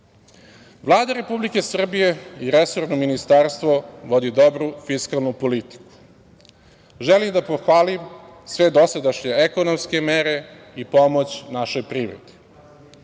dana. Vlada Republike Srbije i resorno ministarstvo vodi dobru fiskalnu politiku. Želim da pohvalim sve dosadašnje ekonomske mere i pomoć našoj privredi. Osvrnuo